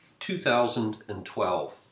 2012